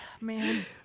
Man